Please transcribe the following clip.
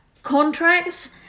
Contracts